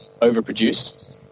overproduced